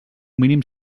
mínim